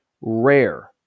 rare